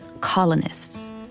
colonists